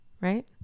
right